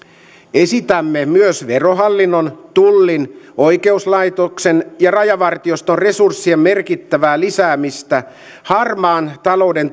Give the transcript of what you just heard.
esitämme myös verohallinnon tullin oikeuslaitoksen ja rajavartioston resurssien merkittävää lisäämistä harmaan talouden